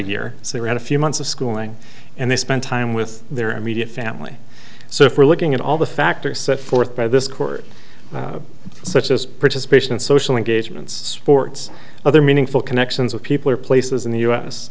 year so they read a few months of schooling and they spent time with their immediate family so if we're looking at all the factors set forth by this court such as participation in social engagements ports other meaningful connections with people or places in the u s